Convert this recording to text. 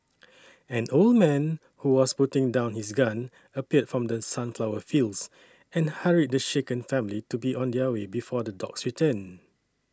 an old man who was putting down his gun appeared from the sunflower fields and hurried the shaken family to be on their way before the dogs return